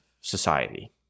society